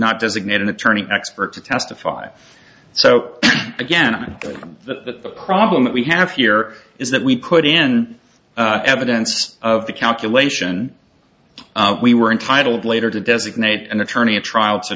not designate an attorney expert to testify so again that the problem that we have here is that we put in evidence of the calculation we were entitled later to designate an attorney a trial to